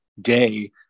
day